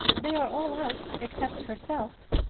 they are all out except herself.